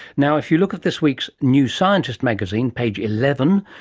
now, if you look at this week's new scientist magazine, page eleven,